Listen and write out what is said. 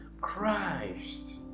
Christ